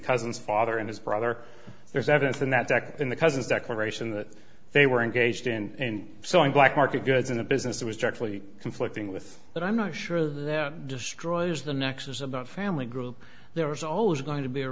cousins father and his brother there's evidence in that back in the cousin's declaration that they were engaged in selling black market goods in a business that was directly conflicting with that i'm not sure that destroys the nexus of the family group there was always going to be a